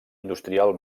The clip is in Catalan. industrial